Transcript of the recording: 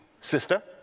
sister